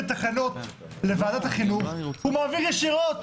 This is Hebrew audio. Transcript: תקנות לוועדת החינוך הוא מעביר ישירות.